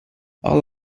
all